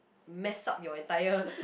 mess up your entire